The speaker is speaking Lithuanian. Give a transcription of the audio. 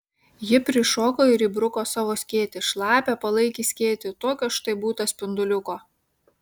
ji prišoko ir įbruko savo skėtį šlapią palaikį skėtį tokio štai būta spinduliuko